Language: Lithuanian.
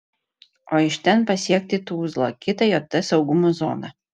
o iš ten pasiekti tuzlą kitą jt saugumo zoną